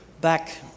back